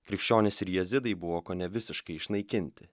krikščionys ir jazidai buvo kone visiškai išnaikinti